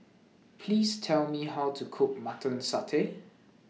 Please Tell Me How to Cook Mutton Satay